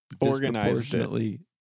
disproportionately